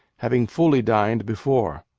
having fully dined before.